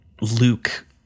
Luke